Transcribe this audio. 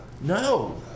no